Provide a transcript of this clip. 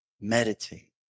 meditate